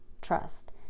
trust